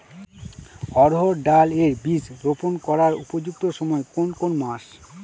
অড়হড় ডাল এর বীজ রোপন করার উপযুক্ত সময় কোন কোন মাস?